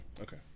Okay